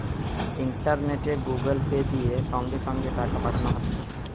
ইন্টারনেটে Google pay, দিয়ে সঙ্গে সঙ্গে টাকা পাঠানো হতিছে